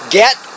get